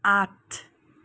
आठ